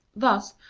thus,